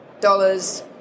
dollars